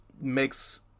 makes